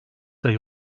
ayı